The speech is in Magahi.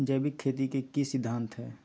जैविक खेती के की सिद्धांत हैय?